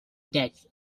decks